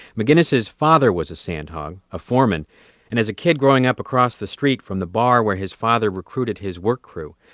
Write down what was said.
mcginnis's father was a sandhog a foreman and as a kid growing up across the street from the bar where his father recruited his work crew,